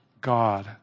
God